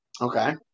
Okay